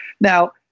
Now